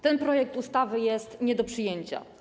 Ten projekt ustawy jest nie do przyjęcia.